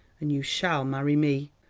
and you shall marry me.